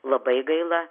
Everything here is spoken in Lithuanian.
labai gaila